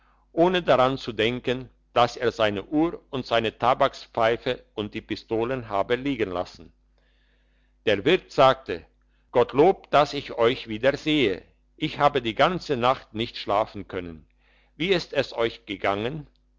ohne daran zu denken dass er seine uhr und seine tabakspfeife und die pistolen habe liegen lassen der wirt sagte gottlob dass ich euch wieder sehe ich habe die ganze nacht nicht schlafen können wie ist es euch gegangen